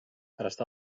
pärast